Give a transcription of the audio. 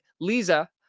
Lisa